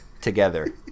Together